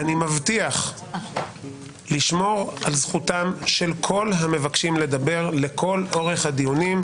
אני מבטיח לשמור על זכותם של כל המבקשים לדבר לכל אורך הדיונים.